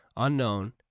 unknown